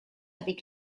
avec